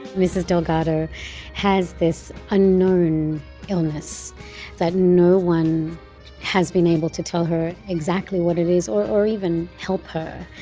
mrs. delgado has this unknown illness that no one has been able to tell her exactly what it is or or even help her.